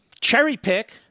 cherry-pick